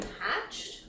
hatched